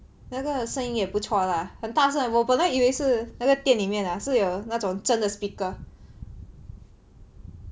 那个声音也不错 lah 很大声我本来是以为是那个店里面 ah 是有那种真的 speaker